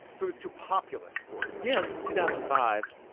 so it's too populist for you. yeah it was two thousand five.